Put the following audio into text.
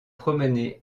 promener